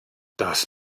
das